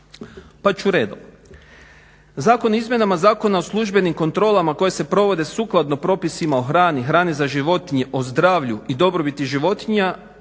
pa ću redom. Zakoni o izmjenama Zakona o službenim kontrolama koje se provede sukladno o propisima o hrani, hrani za životinje, o zdravlju i dobrobiti životinja